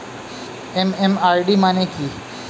MMID মানে কি?